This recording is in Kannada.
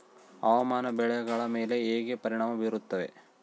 ಹವಾಮಾನ ಬೆಳೆಗಳ ಮೇಲೆ ಹೇಗೆ ಪರಿಣಾಮ ಬೇರುತ್ತೆ?